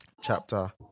chapter